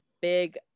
big